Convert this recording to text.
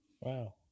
Wow